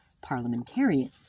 parliamentarian